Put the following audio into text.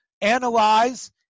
analyze